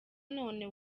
none